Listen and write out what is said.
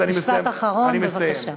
משפט אחרון, בבקשה.